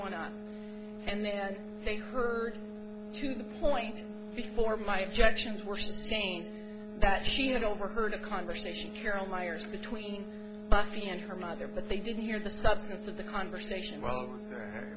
e on and then they heard to the point before my objections were again that she had overheard a conversation carol myers between buffy and her mother but they didn't hear the substance of the conversation with